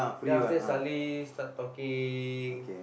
then after that suddenly start talking